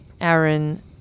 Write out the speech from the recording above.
Aaron